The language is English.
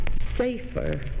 safer